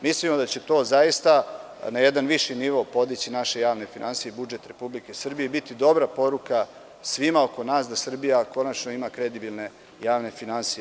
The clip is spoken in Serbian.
Mislimo da će to na jedan viši nivo podići naše javne finansije i budžet Republike Srbije i biti dobra poruka svima oko nas da Srbija konačno ima kredibilne javne finansije.